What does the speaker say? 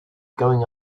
going